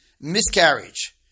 miscarriage